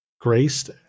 graced